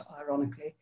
ironically